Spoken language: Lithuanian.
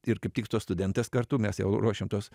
ir kaip tik tos studentės kartu mes jau ruošiam tuos